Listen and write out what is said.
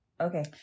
okay